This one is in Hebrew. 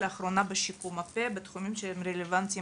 ולאחרונה בשיקום הפה בתחומים שהם רלוונטיים